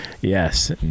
yes